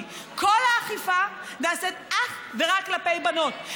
כל האכיפה נעשית אך ורק כלפי בנות.